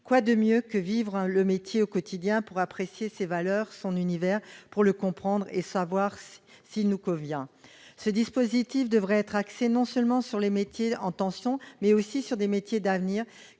Quoi de mieux que vivre le métier au quotidien pour apprécier ses valeurs, son univers, pour le comprendre et savoir s'il nous convient ? Ce dispositif devrait être axé non seulement sur les métiers en tension, mais aussi sur les métiers d'avenir,